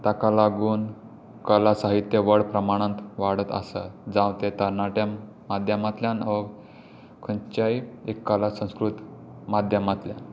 ताका लागून कला साहित्य व्हड प्रमाणांत वाडत आसा जावं ते तरणाट्या माध्यमांतल्यान वा खंयच्याय एक कला संस्कृत माध्यमांतल्यान